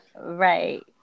Right